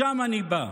משם אני בא,